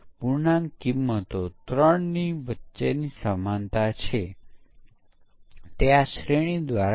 અને જેમ આપણે ચર્ચા કરી હતી તેમ યુનિટ પરીક્ષણ તે વિકાસકર્તાઓ કે જેઓ યુનિટ વિકસાવી રહ્યા હોય તેમના દ્વારા કરવામાં આવે છે